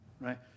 right